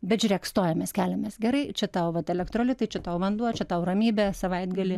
bet žiūrėk stojamės keliamės gerai čia tau vat elektrolitai čia tau vanduo čia tau ramybė savaitgalį